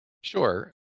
Sure